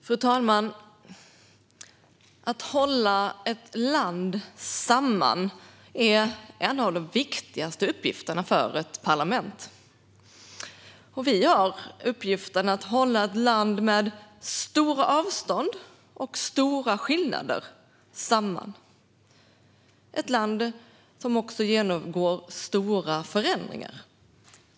Fru talman! Att hålla ett land samman är en av de viktigaste uppgifterna för ett parlament. Vi har uppgiften att hålla samman ett land med stora avstånd och stora skillnader, ett land som också genomgår stora förändringar.